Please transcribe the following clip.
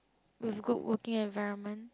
with good working environment